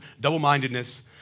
double-mindedness